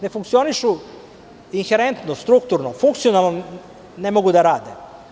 Ne funkcionišu inherentno, strukturno, funkcionalno ne mogu da rade.